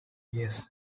years